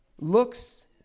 looks